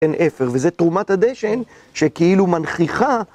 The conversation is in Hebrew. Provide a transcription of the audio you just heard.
אין אפר, וזה תרומת הדשן שכאילו מנכיחה